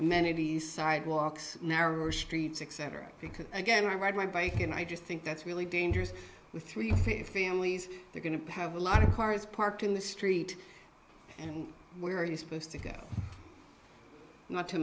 amenities sidewalks narrow streets etc because again i ride my bike and i just think that's really dangerous with three feet of families they're going to have a lot of cars parked in the street and where are you supposed to go not to